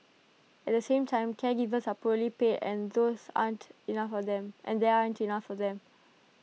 at the same time caregivers are poorly paid and those aren't enough of them and there aren't enough of them